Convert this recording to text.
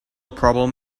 problem